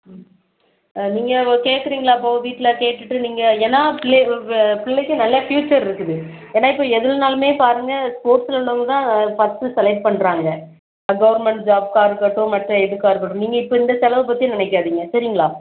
ம் நீங்கள் கேட்குறிங்களா இப்போது வீட்டில கேட்டுட்டு நீங்கள் ஏன்னா புள் வே புள்ளைக்கும் நல்ல ஃப்யூச்சர் இருக்குது ஏன்னா இப்போ எதுன்னாலுமே பாருங்கள் ஸ்போர்ட்ஸில் உள்ளவங்க தான் ஃபஸ்ட்டு செலக்ட் பண்ணுறாங்க கவுர்மெண்ட் ஜாப்கா இருக்கட்டும் மற்ற எதுக்காக இருக்கட்டும் நீங்கள் இப்போ இந்த செலவை பற்றி நினைக்காதீங்க சரிங்களா